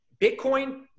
Bitcoin